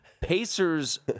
Pacers